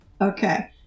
Okay